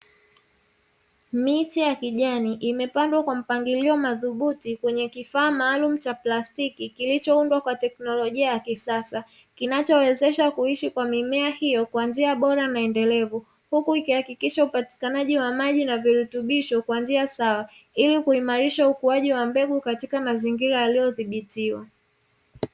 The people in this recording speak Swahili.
Miche ya kijani imepandwa kwa mpangilio mazubuti kwenye kifaa maalumu cha plastiki kilichoundwa kwa teknolojia ya kisasa, kinachowezesha kuishi kwa mimea hiyo kwa njia bora na endelevu huku ikihakikisha upatikanaji wa maji na virutubisho kwa njia sawa ili kuimarisha ukuaji wa mbegu katika mazingira yaliyothibitiwa.